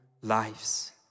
lives